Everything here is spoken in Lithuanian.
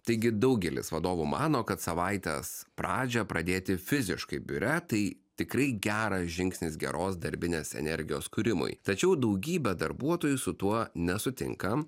taigi daugelis vadovų mano kad savaitės pradžią pradėti fiziškai biure tai tikrai geras žingsnis geros darbinės energijos kūrimui tačiau daugybė darbuotojų su tuo nesutinka